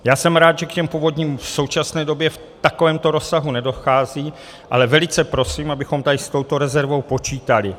Já jsem rád, že k těm povodním v současné době v takovémto rozsahu nedochází, ale velice prosím, abychom tady s touto rezervou počítali.